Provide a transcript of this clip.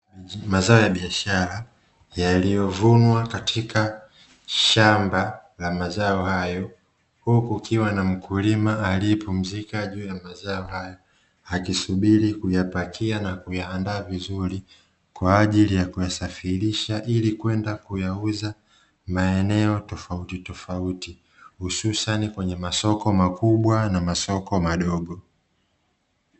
Mazao ya biashara yaliyovunwa kutoka katika shamba la mazao hayo, huku kukiwa na mkulima aliyepumzika juu ya mazao hayo akisubiri kuyapakia na kuyaandaa vizuri kwa ajili ya kuyasafirisha ili kwenda kuyauza maeneo tofauti tofauti hususa ni kwenye masoko makubwa na masoko madogo.